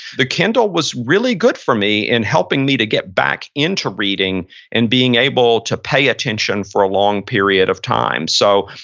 the kindle was really good for me in helping me to get back into reading and being able to pay attention for a long period of time. so,